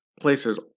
places